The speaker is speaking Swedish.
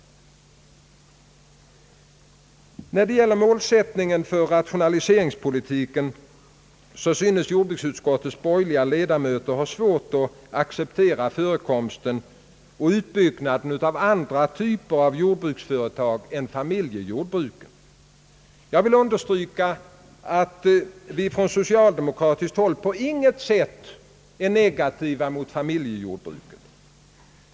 När det gäller målsättningen för rationaliseringspolitiken synes jordbruksutskottets borgerliga ledamöter ha svårt att acceptera utbyggnaden av andra typer av jordbruksföretag än familjejordbruk. Jag vill understryka att vi från socialdemokratiskt håll på inget sätt är negativt inställda mot familjejordbruk.